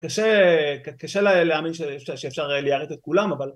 קשה להאמין שאפשר ליירט את כולם אבל